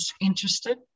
interested